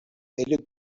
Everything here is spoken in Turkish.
elli